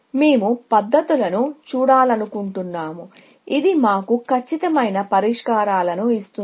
మేము పద్ధతులను చూడాలనుకుంటున్నాము ఇది మాకు ఖచ్చితమైన పరిష్కారాలను ఇస్తుంది